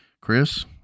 Chris